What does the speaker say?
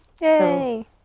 Yay